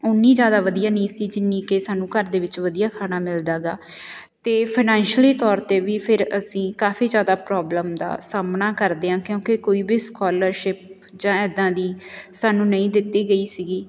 ਓਨੀ ਜ਼ਿਆਦਾ ਵਧੀਆ ਨਹੀਂ ਸੀ ਜਿੰਨੀ ਕਿ ਸਾਨੂੰ ਘਰ ਦੇ ਵਿੱਚ ਵਧੀਆ ਖਾਣਾ ਮਿਲਦਾ ਗਾ ਅਤੇ ਫਾਨੈਂਸ਼ਅਲੀ ਤੌਰ 'ਤੇ ਵੀ ਫਿਰ ਅਸੀਂ ਕਾਫੀ ਜ਼ਿਆਦਾ ਪ੍ਰੋਬਲਮ ਦਾ ਸਾਹਮਣਾ ਕਰਦੇ ਹਾਂ ਕਿਉਂਕਿ ਕੋਈ ਵੀ ਸਕੋਲਰਸ਼ਿਪ ਜਾਂ ਇੱਦਾਂ ਦੀ ਸਾਨੂੰ ਨਹੀਂ ਦਿੱਤੀ ਗਈ ਸੀਗੀ